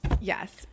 yes